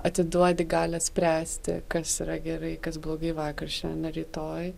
atiduodi galią spręsti kas yra gerai kas blogai vakar šiandien rytoj